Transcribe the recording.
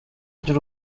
ry’u